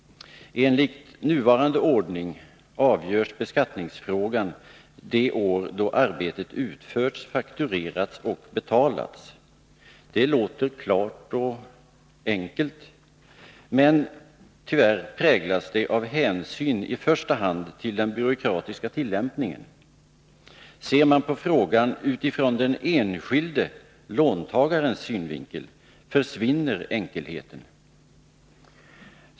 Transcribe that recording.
Enligt nuvarande ordning avgörs beskattningsfrågan det år då arbetet utförts, fakturerats och betalats. Det låter klart och enkelt, men tyvärr präglas det av hänsyn i första hand till den byråkratiska tillämpningen. Ser man på frågan ur den enskilde låntagarens synvinkel försvinner enkelheten.